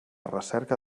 recerca